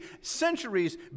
centuries